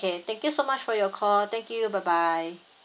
okay thank you so much for your call thank you bye bye